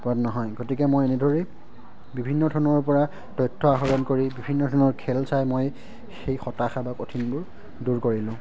নহয় গতিকে মই এনেদৰেই বিভিন্ন ধৰণৰ পৰা তথ্য আহৰণ কৰি বিভিন্ন ধৰণৰ খেল চাই মই সেই হতাশা বা কঠিনবোৰ দূৰ কৰিলোঁ